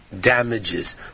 damages